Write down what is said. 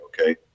okay